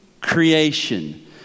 creation